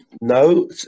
No